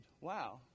Wow